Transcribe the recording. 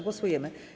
Głosujemy.